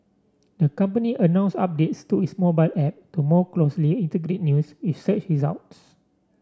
the company announced updates to its mobile app to more closely integrate news with search results